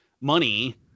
money